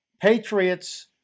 Patriots